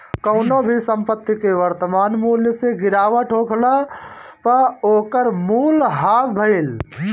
कवनो भी संपत्ति के वर्तमान मूल्य से गिरावट होखला पअ ओकर मूल्य ह्रास भइल